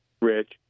Rich